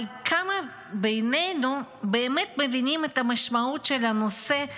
אבל כמה בינינו באמת מבינים את המשמעות של הנושא,